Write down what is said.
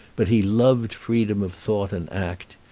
but he loved freedom of thought and act.